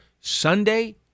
Sunday